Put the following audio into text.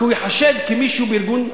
כי הוא ייחשד כמישהו בארגון,